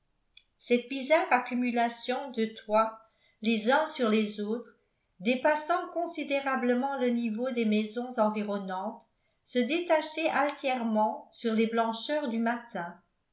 cette bizarre accumulation de toits les uns sur les autres dépassant considérablement le niveau des maisons environnantes se détachait altièrement sur les blancheurs du matin